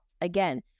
Again